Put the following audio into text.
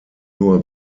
nur